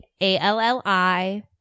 A-L-L-I